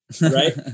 Right